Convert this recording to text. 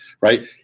Right